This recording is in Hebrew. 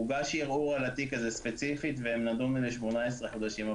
הוגש ערעור על התיק הזה ספציפית והם נדונו ל-18 חודשים.